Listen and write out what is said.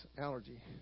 allergy